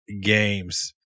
games